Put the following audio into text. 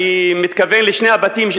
אני מתכוון לשני הבתים,